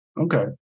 okay